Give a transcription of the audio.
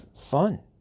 fun